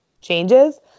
changes